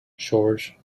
george